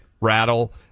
rattle